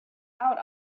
out